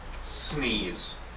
sneeze